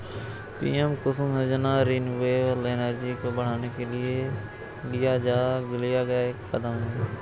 PM Kusum योजना renewable energy को बढ़ाने के लिए लिया गया एक कदम है